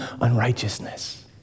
unrighteousness